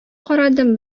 карадым